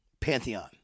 Pantheon